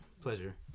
Pleasure